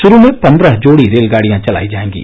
शुरू में पन्द्रह जोडी रेलगाडियां चलाई जाएंगी